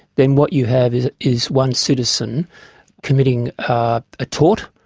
then what you have is is one citizen committing a tort.